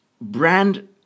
brand